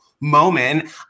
moment